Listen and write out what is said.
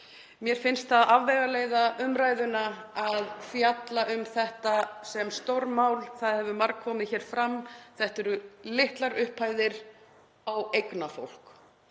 Mér finnst það afvegaleiða umræðuna að fjalla um þetta sem stórmál. Það hefur margoft komið fram að þetta eru litlar upphæðir á eignafólk